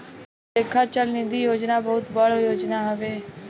लेखा चल निधी योजना बहुत बड़ योजना हवे